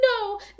no